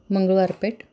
Mangalwar Peth